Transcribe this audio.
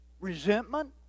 resentment